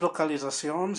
localitzacions